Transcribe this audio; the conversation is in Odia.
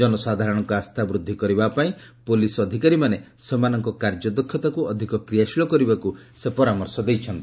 ଜନସାଧାରଣଙ୍କ ଆସ୍ଥା ବୃଦ୍ଧି କରିବା ପାଇଁ ପୋଲିସ୍ ଅଧିକାରୀମାନେ ସେମାନଙ୍କ କାର୍ଯ୍ୟଦକ୍ଷତାକୁ ଅଧିକ କ୍ରିୟାଶୀଳ କରିବାକୁ ସେ ପରାମର୍ଶ ଦେଇଛନ୍ତି